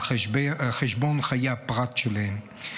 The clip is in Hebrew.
על חשבון חיי הפרט שלהם.